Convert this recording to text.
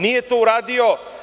Nije to uradio.